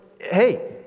hey